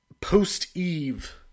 post-eve